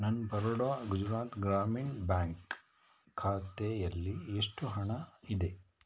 ನನ್ನ ಬರೋಡಾ ಗುಜರಾತ್ ಗ್ರಾಮೀಣ್ ಬ್ಯಾಂಕ್ ಖಾತೆಯಲ್ಲಿ ಎಷ್ಟು ಹಣ ಇದೆ